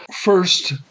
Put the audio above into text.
first